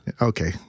Okay